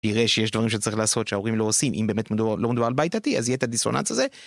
נראה שיש דברים שצריך לעשות שההורים לא עושים אם באמת לא מדובר על בית דתי אז יהיה את הדיסוננס הזה